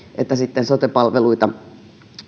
että sote palveluita